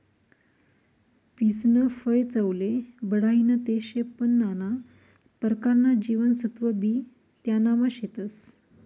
पीचनं फय चवले बढाईनं ते शे पन नाना परकारना जीवनसत्वबी त्यानामा शेतस